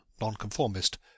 Nonconformist